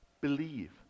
Believe